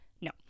No